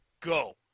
go